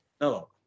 No